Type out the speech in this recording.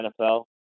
NFL